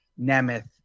Nemeth